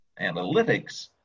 analytics